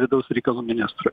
vidaus reikalų ministrui